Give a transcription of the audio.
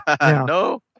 No